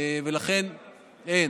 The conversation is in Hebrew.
אין